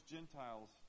Gentiles